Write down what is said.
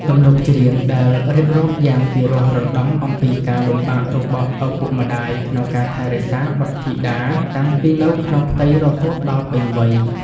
ទំនុកច្រៀងដែលរៀបរាប់យ៉ាងពិរោះរណ្តំអំពីការលំបាករបស់ឪពុកម្តាយក្នុងការថែរក្សាបុត្រធីតា តាំងពីនៅក្នុងផ្ទៃរហូតដល់ពេញវ័យ